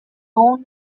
own